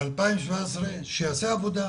2017 יעשה עבודה,